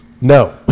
no